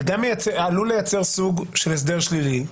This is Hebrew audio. זה גם עלול לייצר סוג של הסדר שלילי.